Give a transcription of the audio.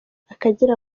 akagera